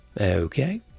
okay